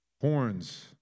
horns